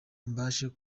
mbashe